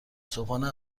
صبحانه